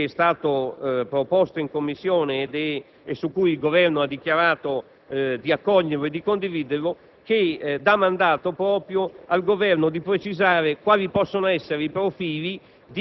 del giorno, proposto in Commissione e che il Governo ha dichiarato di accogliere, che dà mandato proprio al Governo di precisare quali possono essere i profili